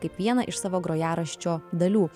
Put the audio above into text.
kaip vieną iš savo grojaraščio dalių